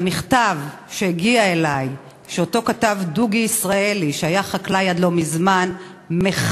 (מרצ): 6 ישראל אייכלר (יהדות התורה): 7 יואב קיש (הליכוד): 8